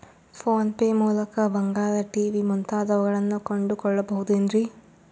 Phone pay ಮೂಲಕ ಬಂಗಾರ, TV ಮುಂತಾದವುಗಳನ್ನ ಕೊಂಡು ಕೊಳ್ಳಬಹುದೇನ್ರಿ?